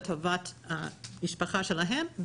לטובת המשפחה שלהם,